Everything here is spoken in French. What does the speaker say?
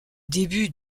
début